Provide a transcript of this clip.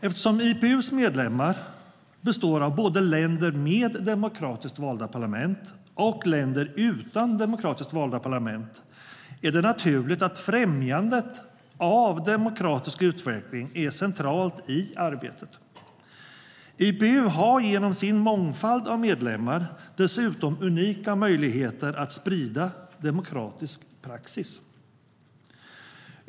Eftersom IPU:s medlemmar består av både länder med demokratiskt valda parlament och länder utan demokratiskt valda parlament är det naturligt att främjandet av demokratisk utveckling är centralt i arbetet. IPU har genom sin mångfald av medlemmar dessutom unika möjligheter att sprida demokratisk praxis.